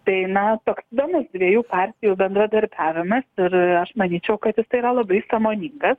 tai na toks įdomus dviejų partijų bendradarbiavimas ir aš manyčiau kad jisai yra labai sąmoningas